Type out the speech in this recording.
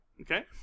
Okay